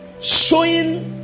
showing